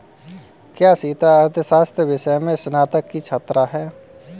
क्या सीता अर्थशास्त्र विषय में स्नातक की छात्रा है?